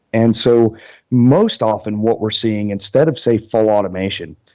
and so most often what we're seeing instead of, say, full automation,